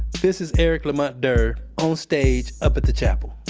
this is eric lamont durr onstage up at the chapel